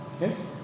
Yes